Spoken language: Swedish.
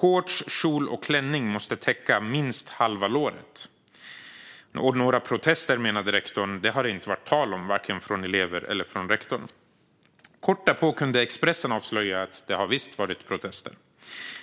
Shorts, kjol och klänning måste täcka minst halva låret. Rektorn menade att det inte hade varit tal om några protester från vare sig elever eller föräldrar. Kort därpå kunde Expressen avslöja att det visst har varit protester.